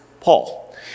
Paul